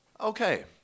Okay